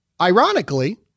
Ironically